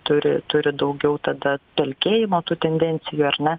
turi turi daugiau tada pelkėjimo tų tendencijų ar ne